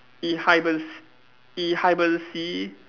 ich heibes~ ich heibe~ ~se